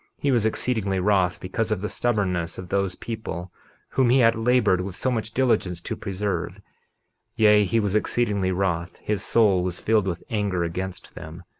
he was exceedingly wroth because of the stubbornness of those people whom he had labored with so much diligence to preserve yea, he was exceedingly wroth his soul was filled with anger against them.